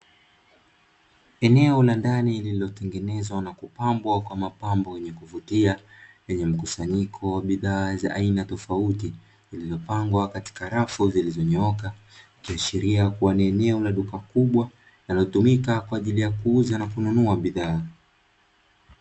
Eneo la ndani liliotengenezwa na kupambwa kwa mapambo yenye rangi za kuvutia, lenye mkusanyiko wa bidhaa bidhaa za aina tofauti, zilizopangwa katika rafu zilizonyooka, ikiashiria kuwa ni eneo la duka kubwa linalotumika kwa ajili ya kuuza na kununua bidhaa.